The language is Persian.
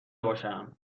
باشم